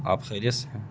آپ خیریت سے ہیں